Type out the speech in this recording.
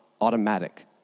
automatic